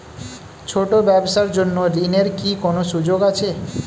ছোট ব্যবসার জন্য ঋণ এর কি কোন সুযোগ আছে?